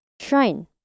shrine